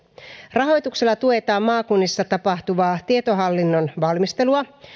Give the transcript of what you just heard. rahoituksella tuetaan maakunnissa tapahtuvaa tietohallinnon valmistelua